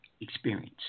experience